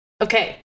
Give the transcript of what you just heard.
Okay